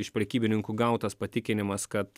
iš prekybininkų gautas patikinimas kad